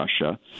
Russia